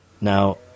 Now